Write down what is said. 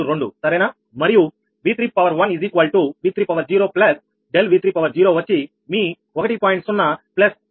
01332 సరేనా మరియు V31V30 ∆V30 వచ్చి మీ 1